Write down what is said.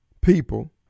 people